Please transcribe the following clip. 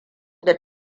da